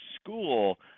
school